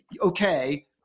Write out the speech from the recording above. okay